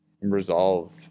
resolve